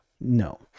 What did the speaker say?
no